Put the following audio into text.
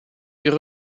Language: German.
ihre